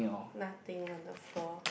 nothing on the floor